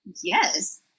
Yes